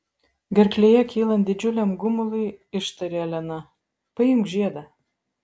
gerklėje kylant didžiuliam gumului ištarė elena paimk žiedą